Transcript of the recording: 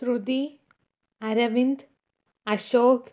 Shruti Aravind Ashok